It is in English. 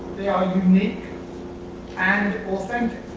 they are unique and authentic.